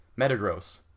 Metagross